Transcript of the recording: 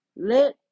Let